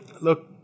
look